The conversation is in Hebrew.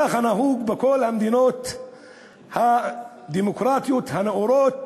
ככה נהוג בכל המדינות הדמוקרטיות הנאורות,